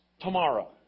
tomorrow